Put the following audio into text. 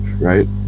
right